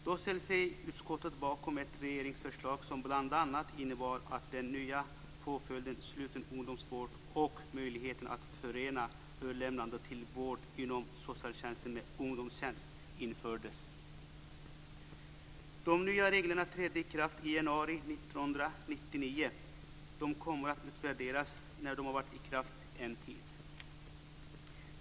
Då ställde sig utskottet bakom ett regeringsförslag som bl.a. innebar att den nya påföljden sluten ungdomsvård och möjligheten att förena överlämnande till vård inom socialtjänsten med ungdomstjänst infördes. De kommer att utvärderas när de har varit i kraft en tid.